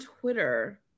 Twitter